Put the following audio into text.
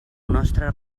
nostre